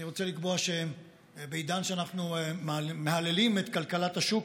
אני רוצה לקבוע שבעידן שבו אנחנו מהללים את כלכלת השוק,